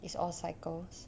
it's all cycles